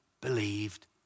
believed